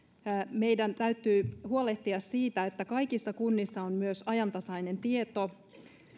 meidän täytyy huolehtia siitä että myös kaikissa kunnissa on ajantasainen tieto